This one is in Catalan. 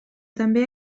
també